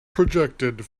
projected